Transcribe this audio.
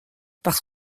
parce